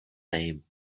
name